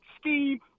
scheme